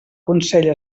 consell